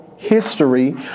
history